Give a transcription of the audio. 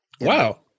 wow